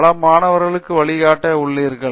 பல மாணவர்களுக்கு வழிகாட்டி உள்ளீர்கள்